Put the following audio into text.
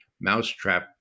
mousetrap